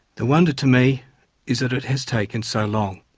the wonder to me is that it has taken so long.